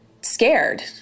scared